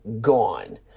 gone